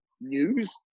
news